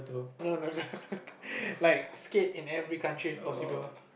no no no like skate in every country if possible